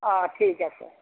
অঁ ঠিক আছে